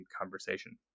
conversation